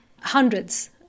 Hundreds